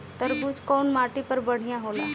तरबूज कउन माटी पर बढ़ीया होला?